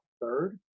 Third